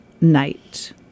night